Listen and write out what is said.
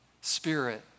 spirit